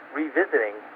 revisiting